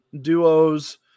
duos